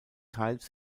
teils